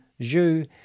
Zhu